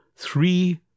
three